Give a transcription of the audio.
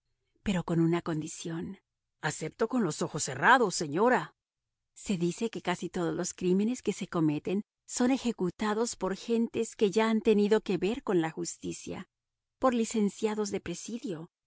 pero con una condición acepto con los ojos cerrados señora se dice que casi todos los crímenes que se cometen son ejecutados por gentes que ya han tenido que ver con la justicia por licenciados de presidio